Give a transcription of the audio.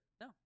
No